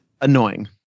annoying